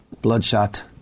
bloodshot